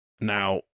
Now